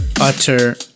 utter